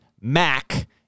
Mac-